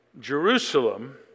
Jerusalem